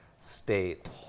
state